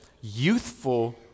youthful